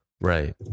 Right